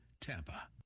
TAMPA